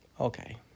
Okay